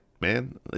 man